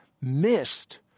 missed